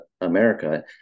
America